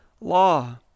law